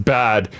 bad